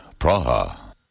Praha